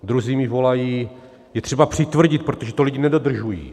Druzí mi volají: je třeba přitvrdit, protože to lidi nedodržují.